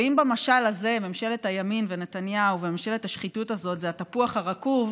ואם במשל הזה ממשלת הימין ונתניהו וממשלת השחיתות הזאת זה התפוח הרקוב,